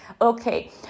Okay